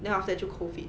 then after that 就 COVID